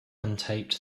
untaped